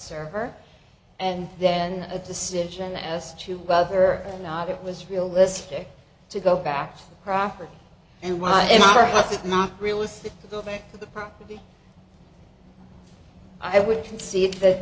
server and then a decision as to whether or not it was realistic to go back to crawford and why interrupt it not realistic to go back to the property i would concede that